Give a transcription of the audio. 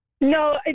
No